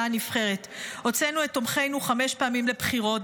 הנבחרת: הוצאנו את תומכינו חמש פעמים לבחירות.